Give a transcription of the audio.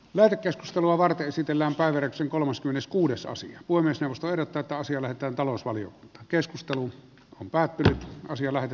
läärä keskustelua varten esitellään päiväksi kolmaskymmeneskuudes asti kunnes josta erotetaan sille että talousvalio keskustelu on päätti asian läpi